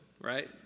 right